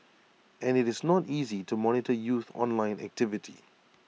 and IT is not easy to monitor youth online activity